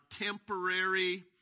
temporary